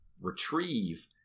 retrieve